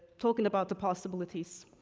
talking about the possibilities.